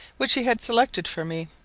which he had selected for me.